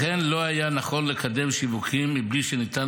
לכן לא היה נכון לקדם שיווקים מבלי שניתן